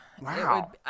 Wow